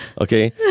Okay